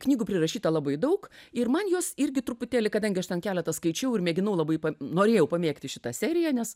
knygų prirašyta labai daug ir man jos irgi truputėlį kadangi aš ten keletą skaičiau ir mėginau labai norėjau pamėgti šitą seriją nes